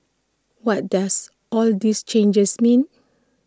what does all these changes mean